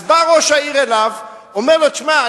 אז בא אליו ראש העיר ואומר לו: שמע,